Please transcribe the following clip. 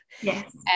Yes